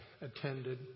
attended